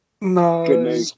no